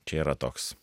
čia yra toks